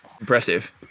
impressive